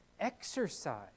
exercise